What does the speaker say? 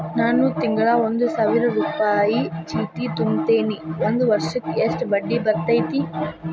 ನಾನು ತಿಂಗಳಾ ಒಂದು ಸಾವಿರ ರೂಪಾಯಿ ಚೇಟಿ ತುಂಬತೇನಿ ಒಂದ್ ವರ್ಷಕ್ ಎಷ್ಟ ಬಡ್ಡಿ ಬರತೈತಿ?